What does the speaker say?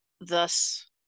thus